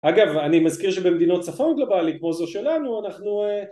אגב, אני מזכיר שבמדינות צפון גלובלית כמו זו שלנו, אנחנו...